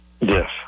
Yes